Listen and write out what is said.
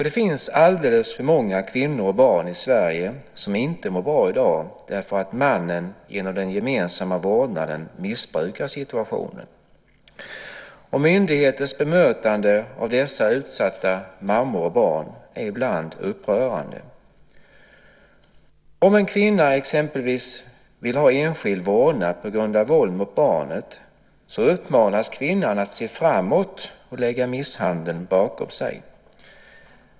Det finns alldeles för många kvinnor och barn i Sverige som inte mår bra i dag för att mannen genom den gemensamma vårdnaden missbrukar situationen. Myndigheters bemötande av dessa utsatta mammor och barn är ibland upprörande. Om en kvinna exempelvis vill ha enskild vårdnad på grund av våld mot barnet uppmanas hon att se framåt och lägga misshandeln bakom sig.